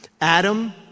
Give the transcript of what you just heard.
Adam